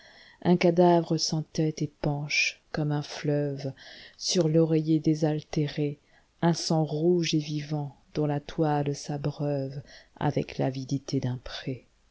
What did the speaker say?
un cadavre sans tête épanche comme un fleuve sur l'oreiller désaltéréun sang rouge et vivant dont la toile s'abreuve avec l'avidité d'un pré